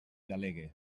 delegue